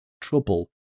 trouble